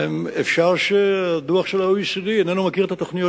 אפשר שהדוח של ה-OECD איננו מכיר את התוכניות